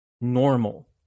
normal